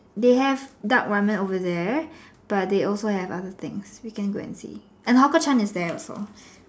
they have duck Ramen over there but they also have other things we can go and see and hawker Chan is there also